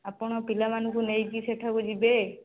ଆପଣ ପିଲାମାନଙ୍କୁ ନେଇକି ସେଠାକୁ ଯିବେ